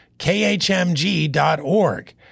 khmg.org